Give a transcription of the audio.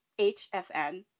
HFN